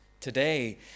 today